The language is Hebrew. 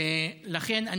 לכן,